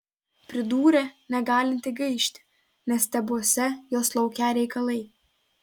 pridūrė negalinti gaišti nes tebuose jos laukią reikalai